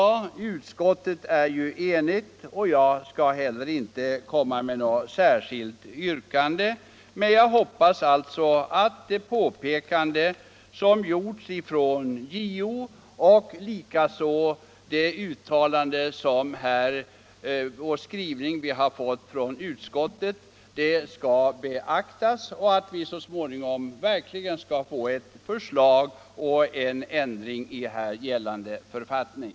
Utskottet är ju enigt, och jag skall heller inte framställa något särskilt yrkande. Jag hoppas alltså att det påpekande som gjorts av JO liksom utskottets skrivning skall beaktas och att vi så småningom verkligen skall få ett förslag och en ändring i gällande författning.